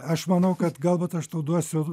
aš manau kad galbūt aš tau duosiu